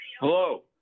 hello